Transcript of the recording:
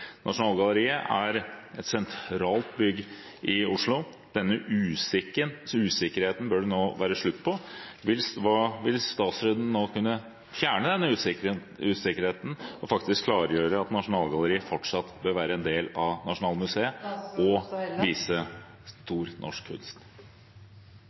Nasjonalgalleriet er et sentralt bygg i Oslo. Denne usikkerheten bør det nå bli slutt på. Vil statsråden nå kunne fjerne denne usikkerheten og faktisk klargjøre at Nasjonalgalleriet fortsatt bør være en del av Nasjonalmuseet og vise